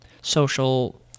social